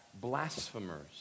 blasphemers